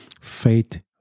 faith